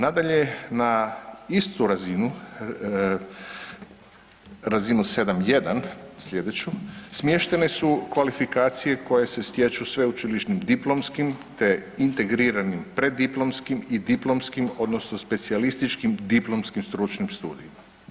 Nadalje, na istu razinu, razinu 7.1. slijedeću smještene su kvalifikacije koje se stječu sveučilišnim diplomskim, te integriranim preddiplomskim i diplomskim odnosno specijalističkim diplomskim stručnim studijima.